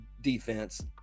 defense